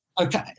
Okay